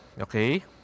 okay